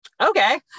okay